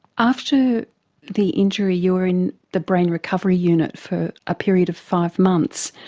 after the injury you were in the brain recovery unit for a period of five months.